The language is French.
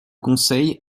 conseil